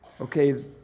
okay